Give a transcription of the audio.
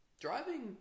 driving